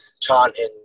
chanting